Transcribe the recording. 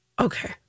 Okay